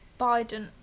Biden